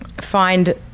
find